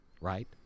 Right